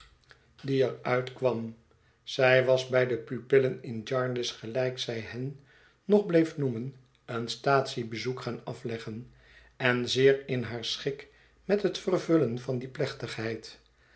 ml uitkwam zij was bij de pupillen in jarndycé gelijk zij hen nog bleef noemen een staatsiebezoek gaan afleggen en zeer in haar schik met het vervullen van die plechtigheid